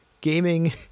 gaming